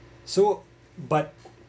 so but